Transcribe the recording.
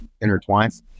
intertwined